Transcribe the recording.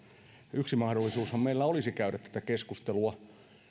yksi mahdollisuushan meillä olisi käydä tätä keskustelua